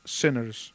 sinners